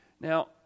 Now